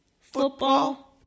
football